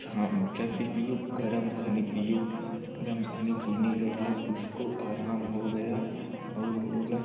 जब भी पीयो गर्म पानी पीयो गर्म पानी पीने के बाद उसको आराम हो गया और बोला